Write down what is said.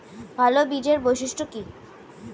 ভাল বীজের বৈশিষ্ট্য কী?